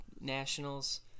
Nationals